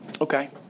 okay